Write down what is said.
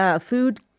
food